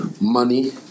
money